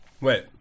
Wait